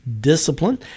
discipline